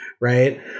right